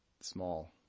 small